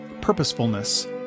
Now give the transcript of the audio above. purposefulness